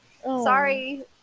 Sorry